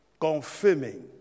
confirming